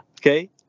Okay